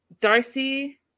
Darcy